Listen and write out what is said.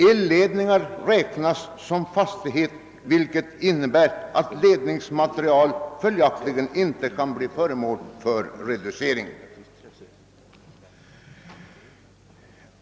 EHledningar räknas som fastighet, vilket innebär att ledningsmaterial följaktligen inte kan bli föremål för reducering.